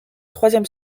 troisième